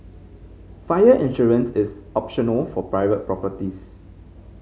fire insurance is optional for private properties